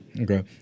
Okay